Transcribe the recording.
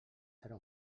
serà